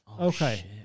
Okay